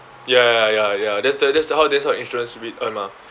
ya ya ya ya that's the that's the how that's how the insurance should be earn mah